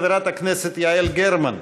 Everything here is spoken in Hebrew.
חברת הכנסת יעל גרמן,